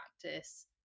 practice